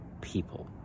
people